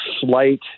slight